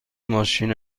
ماشین